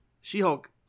She-Hulk